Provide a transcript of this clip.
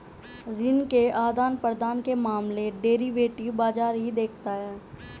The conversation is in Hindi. ऋण के आदान प्रदान के मामले डेरिवेटिव बाजार ही देखता है